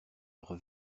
leurs